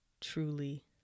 truly